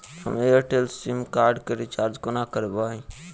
हम Airtel sim card केँ recharge कोना करबै?